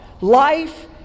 Life